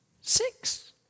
Six